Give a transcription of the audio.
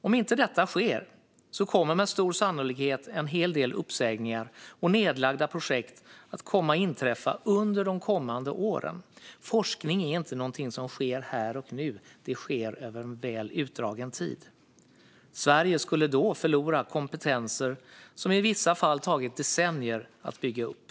Om inte detta sker kommer med stor sannolikhet en hel del uppsägningar och nedlagda projekt att inträffa under de kommande åren. Forskning är inte någonting som sker här och nu; det sker över en väl utdragen tid. Sverige skulle då förlora kompetenser som i vissa fall tagit decennier att bygga upp.